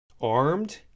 armed